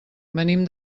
venim